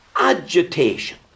agitation